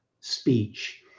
speech